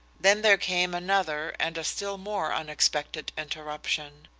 then there came another and a still more unexpected interruption.